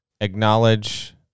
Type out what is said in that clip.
acknowledge